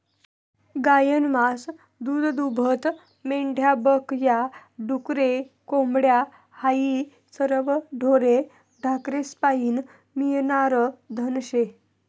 गायनं मास, दूधदूभतं, मेंढ्या बक या, डुकरे, कोंबड्या हायी सरवं ढोरे ढाकरेस्पाईन मियनारं धन शे